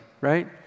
right